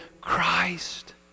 Christ